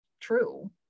true